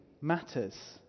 matters